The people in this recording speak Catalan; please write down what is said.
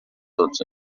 tots